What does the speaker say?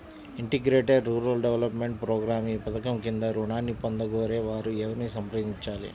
Integrated rural development programme ఈ పధకం క్రింద ఋణాన్ని పొందగోరే వారు ఎవరిని సంప్రదించాలి?